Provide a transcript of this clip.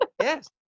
yes